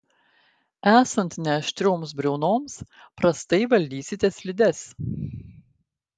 esant neaštrioms briaunoms prastai valdysite slides